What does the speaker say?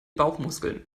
bauchmuskeln